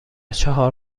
چهار